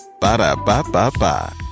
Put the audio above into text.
Ba-da-ba-ba-ba